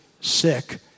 sick